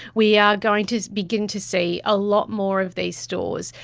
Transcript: we are going to begin to see a lot more of these stores.